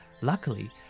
Luckily